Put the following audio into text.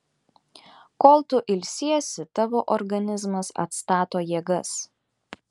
kol tu ilsiesi tavo organizmas atstato jėgas